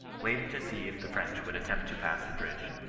waited to see if the french would attempt to pass the bridge.